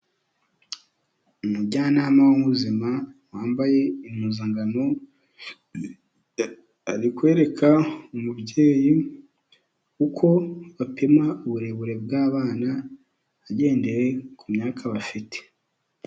Umujyanama w'ubuzima, wambaye impuzangano, ari kwereka umubyeyi uko bapima uburebure bw'abana, agendeye ku myaka bafite.